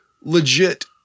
legit